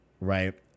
right